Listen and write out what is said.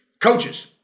coaches